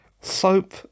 soap